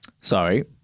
Sorry